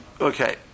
Okay